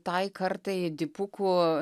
tai kartai dipukų